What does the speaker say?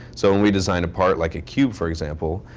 so when we design a part, like a cube, for example,